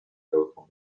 телефони